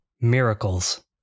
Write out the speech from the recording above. Miracles